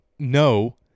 No